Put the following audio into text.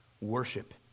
Worship